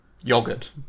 Yogurt